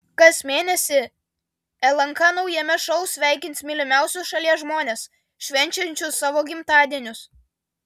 kas mėnesį lnk naujame šou sveikins mylimiausius šalies žmones švenčiančius savo gimtadienius